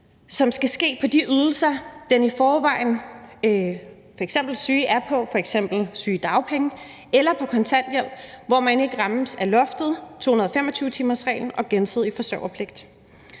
hvor der gives de ydelser, den syge er på, som f.eks. sygedagpenge eller kontanthjælp, og hvor man ikke rammes af loftet, 225-timersreglen og den gensidige forsørgerpligt.